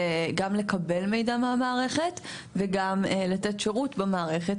גם לקבל מידע מהמערכת וגם לתת שירות במערכת,